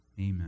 Amen